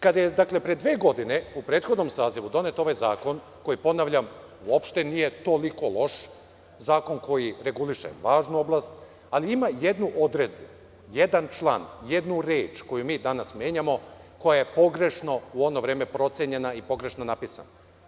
Kada je pre dve godine, u prethodnom sazivu, donet ovaj zakon, koji ponavljam, uopšte nije toliko loš, zakon koji reguliše važnu oblast, ali ima jednu odredbu, jedan član, jednu reč koju mi danas menjamo, koja je pogrešno u ono vreme procenjena i pogrešno napisana.